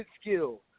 skill